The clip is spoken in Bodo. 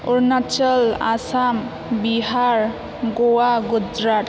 अरुनाचल आसाम बिहार गवा गुजरात